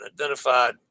identified